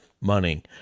money